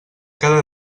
cada